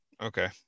okay